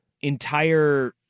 entire